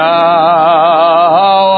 now